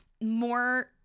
more